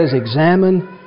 examine